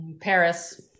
paris